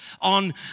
on